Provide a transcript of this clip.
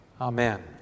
Amen